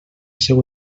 seu